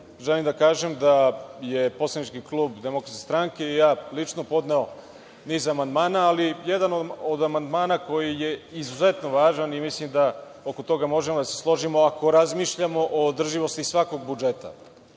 Želim da kažem da je poslanički klub DS i ja lično podneo niz amandmana, ali jedan od amandmana koji je izuzetno važan i mislim da oko toga možemo da se složimo ako razmišljamo o održivosti svakog budžeta